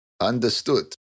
Understood